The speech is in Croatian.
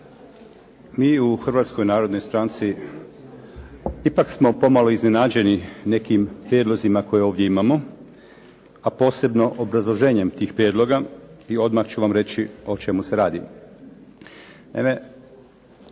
Mi u Hrvatskoj narodnoj stranci ipak smo pomalo iznenađeni nekim prijedlozima koje ovdje imamo, a posebno obrazloženjem tih prijedloga i odmah ću vam reći o čemu se radi.